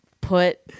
put